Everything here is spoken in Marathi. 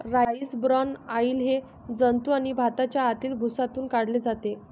राईस ब्रान ऑइल हे जंतू आणि भाताच्या आतील भुसातून काढले जाते